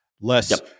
Less